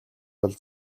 бол